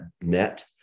net